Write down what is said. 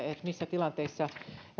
missä tilanteissa